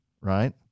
right